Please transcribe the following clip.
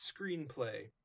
screenplay